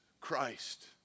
Christ